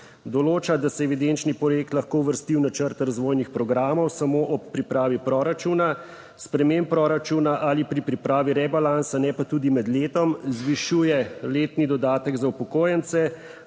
določa, da se evidenčni projekt lahko uvrsti v načrt razvojnih programov samo ob pripravi proračuna, sprememb proračuna ali pri pripravi rebalansa, ne pa tudi med letom. Zvišuje letni dodatek za upokojence,